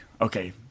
Okay